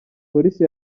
polisi